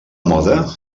moda